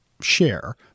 share